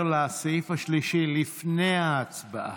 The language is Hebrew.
לסעיף השלישי, לפני ההצבעה: